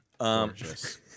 Gorgeous